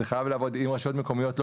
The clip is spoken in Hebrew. זה חייב לעבוד עם רשויות מקומיות לא